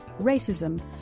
racism